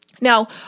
Now